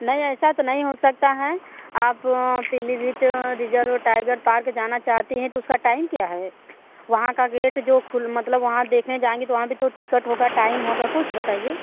नहीं ऐसा तो नहीं हो सकता हैं आप पीलीभीत रिज़र्व टाइगर पार्क जाना चाहती हैं तो उसका टाइम क्या है वहाँ का गेट जो खुल मतलब वहाँ देखने जाएंगी तो वहाँ भी तो टिकट होगा टाइम होगा कुछ बताइए